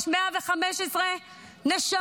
יש 115 נשמות